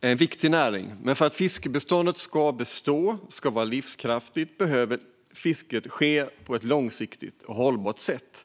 en viktig näring, men för att fiskbeståndet ska bestå och vara livskraftigt behöver fisket ske på ett långsiktigt hållbart sätt.